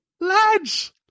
Lads